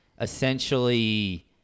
essentially